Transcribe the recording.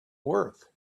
worth